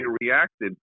reacted